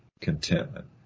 contentment